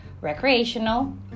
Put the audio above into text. recreational